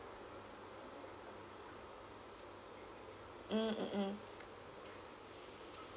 mm mm mm